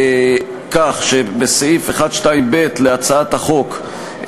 סעיף 1(2)(ב) להצעת החוק,